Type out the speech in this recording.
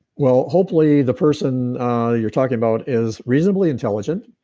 well, hopefully the person you're talking about is reasonably intelligent,